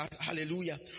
hallelujah